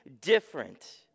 different